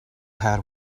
had